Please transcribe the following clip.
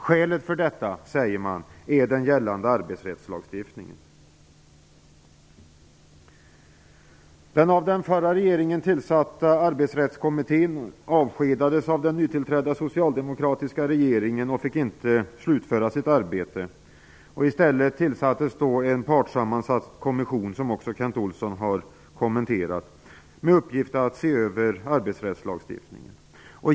Skälet för detta, säger man, är den gällande arbetsrättslagstiftningen. Den av den förra regeringen tillsatta Arbetsrättskommittén avskedades av den nytillträdda socialdemokratiska regeringen och fick inte slutföra sitt arbete. I stället tillsattes en partssammansatt kommission, som Kent Olsson har kommenterat, med uppgift att se över arbetsrättslagstiftningen.